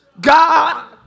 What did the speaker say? God